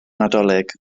nadolig